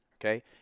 Okay